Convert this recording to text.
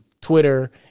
Twitter